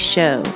Show